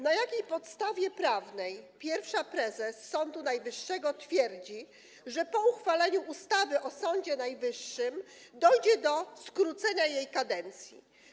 Na jakiej podstawie prawnej pierwsza prezes Sądu Najwyższego twierdzi, że po uchwaleniu ustawy o Sądzie Najwyższym dojdzie do skrócenia jej kadencji?